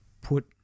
put